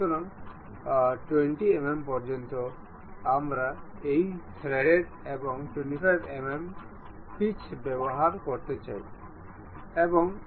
সুতরাং 20 mm পর্যন্ত আমরা এই থ্রেড এবং 15 mm পিচ ব্যবহার করতে চাই